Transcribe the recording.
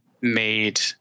made